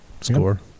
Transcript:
score